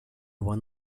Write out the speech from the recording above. won